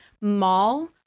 mall